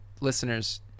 listeners